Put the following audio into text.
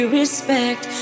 respect